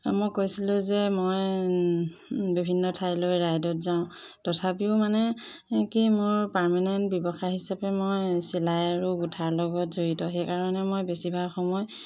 মই কৈছিলোঁ যে মই বিভিন্ন ঠাইলৈ ৰাইডত যাওঁ তথাপিও মানে কি মোৰ পাৰ্মানেণ্ট ব্যৱসায় হিচাপে মই চিলাই আৰু গোঁঠাৰ লগত জড়িত সেইকাৰণে মই বেছিভাগ সময়